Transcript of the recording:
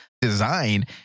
design